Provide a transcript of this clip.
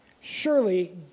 Surely